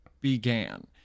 began